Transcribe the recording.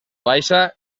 baixa